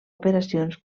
operacions